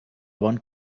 bon